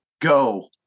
Go